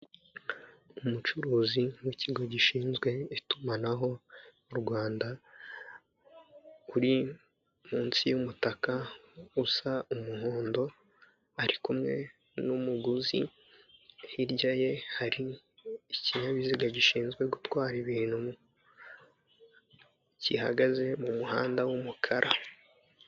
Umucuruzi w'kigo gishinzwe itumanaho mu Rwanda, uri munsi y'umutaka usa umuhondo, ari kumwe n'umuguzi, hirya ye hari ikinyabiziga gishinzwe gutwara ibintu gihagaze mu muhanda w'umukara.